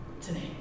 today